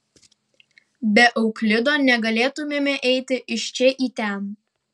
be euklido negalėtumėme eiti iš čia į ten